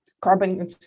carbon